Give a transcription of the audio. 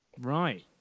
right